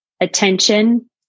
attention